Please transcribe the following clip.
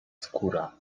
skóra